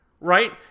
right